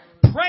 Pray